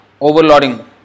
overloading